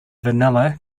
vanilla